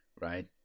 right